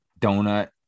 donut